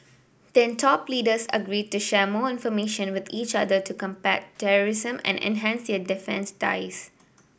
then top leaders agreed to share more information with each other to combat terrorism and enhance their defence ties